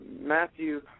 Matthew